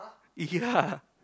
ya